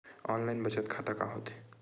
Online बचत खाता का होथे?